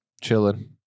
chilling